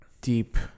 deep